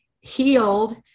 healed